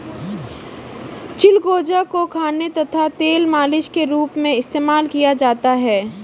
चिलगोजा को खाने तथा तेल मालिश के रूप में इस्तेमाल किया जाता है